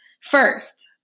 first